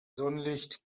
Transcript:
sonnenlicht